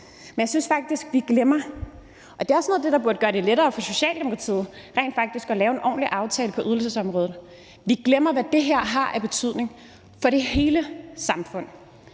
Men jeg synes faktisk, at vi glemmer – og det er også noget af det, der burde gøre det lettere for Socialdemokratiet rent faktisk at lave en ordentlig aftale på ydelsesområdet – hvad det her har af betydning for det hele samfund.